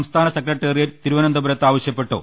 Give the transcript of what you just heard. സംസ്ഥാന സെക്രട്ടേറിയറ്റ് തിരുവനന്തപുരത്ത് ആവശ്യപ്പെട്ടു